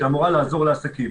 שאמורה לעזור לעסקים.